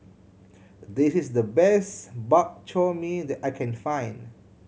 this is the best Bak Chor Mee that I can find